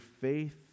faith